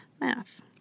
math